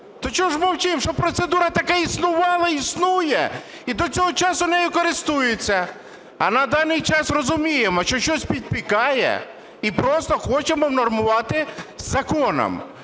То чого ж мовчимо, що процедура така існувала і існує, і до цього часу нею користуються. А на даний час розуміємо, що щось підпікає і просто хочемо внормувати законом.